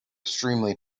extremely